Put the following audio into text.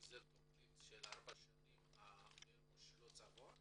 זאת תכנית של ארבע שנים זה לא צבוע מראש?